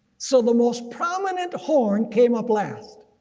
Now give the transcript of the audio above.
so the most prominent horn came up last.